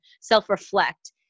self-reflect